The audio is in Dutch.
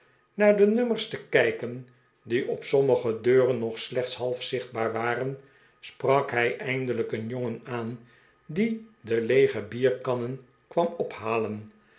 naar de nummers te kijken die op sommige deuren nog slechts half zichtbaar waren sprakhij eindelijk een jongen aan die de leege bierkannen kwam ophalen